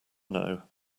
know